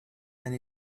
and